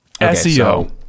SEO